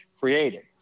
created